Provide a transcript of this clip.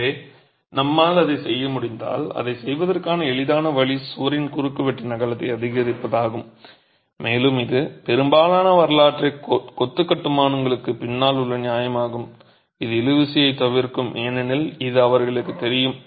எனவே நம்மால் அதைச் செய்ய முடிந்தால் அதைச் செய்வதற்கான எளிதான வழி சுவரின் குறுக்குவெட்டின் அகலத்தை அதிகரிப்பதாகும் மேலும் இது பெரும்பாலான வரலாற்று கொத்து கட்டுமானங்களுக்குப் பின்னால் உள்ள நியாயமாகும் இது இழு விசையை தவிர்க்கும் ஏனெனில் இது அவர்களுக்குத் தெரியும்